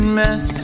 mess